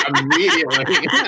immediately